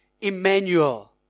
Emmanuel